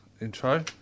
intro